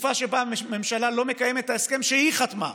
בתקופה שבה הממשלה לא מקיימת את ההסכם שהיא חתמה עליו.